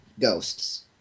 ghosts